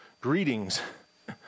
Greetings